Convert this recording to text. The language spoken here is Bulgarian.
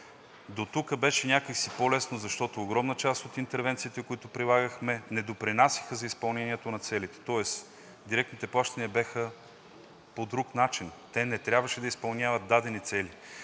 Дотук беше някак си по-лесно, защото огромна част от интервенциите, които прилагахме, не допринасяха за изпълнението на целите, тоест директните плащания бяха по друг начин, те не трябваше да изпълняват дадени цели,